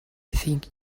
think